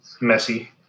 messy